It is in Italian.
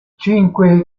cinque